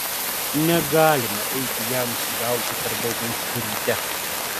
negalima eiti jamsų rauti per daug anksti ryte